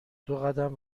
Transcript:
دوقدم